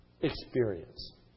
experience